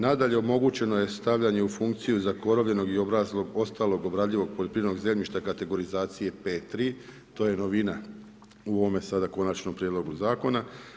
Nadalje, omogućeno je stavljanje u funkciju, zakorovljenog i obraslog, ostalog obradivog poljoprivrednog zemljišta, kategorizacija 5 3, to je novina u ovome sada konačnom prijedlogu zakona.